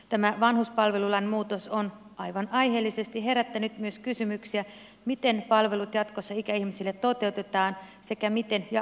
tämä vanhuspalvelulain muutos on aivan aiheellisesti herättänyt myös kysymyksiä miten palvelut jatkossa ikäihmisille toteutetaan sekä miten ja kuka ne maksaa